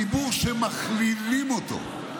ציבור שמכלילים אותו.